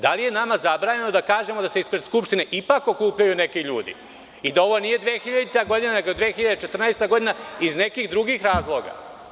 Da li je nama zabranjeno da kažemo da se ispred Skupštine ipak okupljaju neki ljudi i da ovo nije 2000-ta godina, nego je 2014. godina, iz nekih drugih razloga?